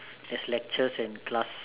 there's lectures and class